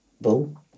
Bull